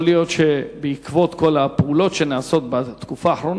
יכול להיות שבעקבות כל הפעולות שנעשות בתקופה האחרונה,